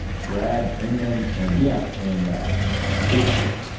brad inman, and yeah and chris stewart.